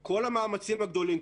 כל המאמצים הגדולים,